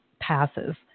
passes